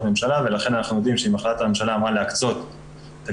ממשלה ולכן יודעים שאם החלטת הממשלה אמרה להקצות תקציב